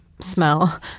smell